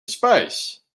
space